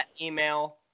email